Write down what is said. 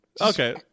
Okay